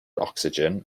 ocsigen